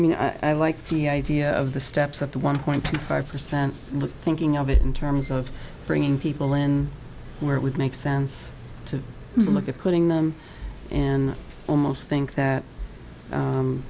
know i like the idea of the steps at the one point two five percent thinking of it in terms of bringing people in where it would make sense to look at putting them and almost think that